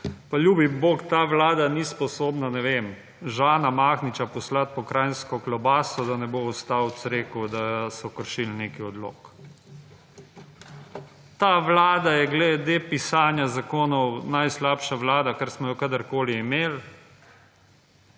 pa ljubi bog, ta vlada ni sposobna, ne vem, Žana Mahniča poslati po Kranjsko klobaso, da ne bo ostal v creku, da so kršili nek odlog. Ta vlada je glede pisanja zakonov najslabša vlada, kar smo jo kadarkoli imeli.